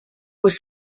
was